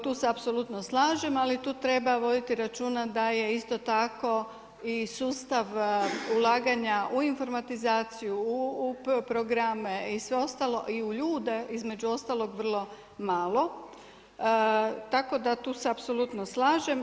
Tu se apsolutno slažem, ali tu treba voditi računa da je isto tako i sustav ulaganja u informatizaciju, u programe i sve ostalo i u ljude između ostalog vrlo malo tako da tu se apsolutno slažem.